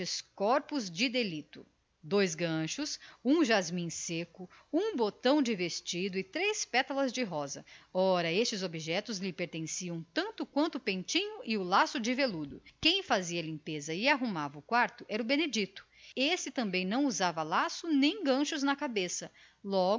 corpos de delito dois ganchos de pentear um jasmim seco um botão de vestido e três pétalas de rosa ora estes objetos lhe pertenciam tanto quanto o pentinho de tartaruga e o laço de veludo quem fazia a limpeza e arrumava o quarto era o benedito este também não usava laços nem ganchos na cabeça logo